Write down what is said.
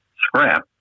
scrap